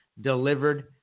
delivered